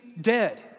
dead